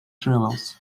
travels